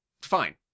Fine